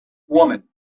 woman